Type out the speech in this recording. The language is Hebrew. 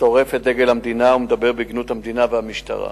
שורף את דגל המדינה ומדבר בגנות המדינה והמשטרה.